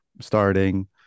starting